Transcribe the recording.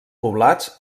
poblats